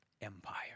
empire